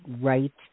right